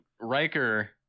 Riker